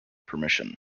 permission